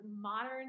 modern